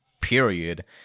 period